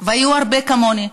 והיו הרבה כמוני.